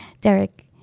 Derek